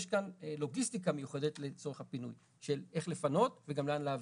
יש כאן לוגיסטיקה מיוחדת לצורך הפינוי של איך לפנות וגם לאן להעביר.